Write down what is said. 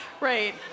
Right